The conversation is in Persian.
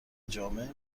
جامع